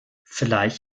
vielleicht